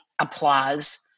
applause